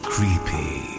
Creepy